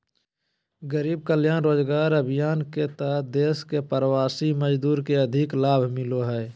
गरीब कल्याण रोजगार अभियान के तहत देश के प्रवासी मजदूर के अधिक लाभ मिलो हय